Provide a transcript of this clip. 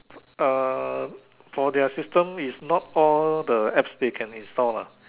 uh for their system is not all the Apps they can install lah